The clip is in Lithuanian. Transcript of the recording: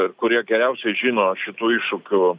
ir kurie geriausiai žino šitų iššūkių